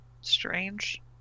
strange